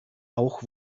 auch